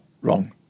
wrong